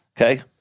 Okay